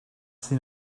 seen